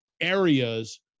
areas